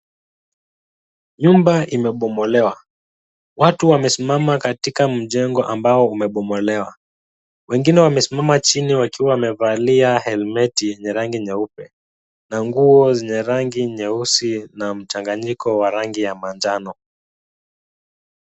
Nyumba imebomolewa. Watu wamesimama katika mjengo ambao umebomolewa. Wengine wamesimama chini wakiwa wamevalia helmet yenye rangi nyeupe na nguo zenye rangi nyeusi na mchanganyiko wa rangi ya manjano.